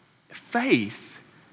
faith